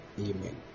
Amen